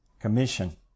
Commission